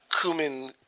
cumin